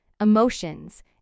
emotions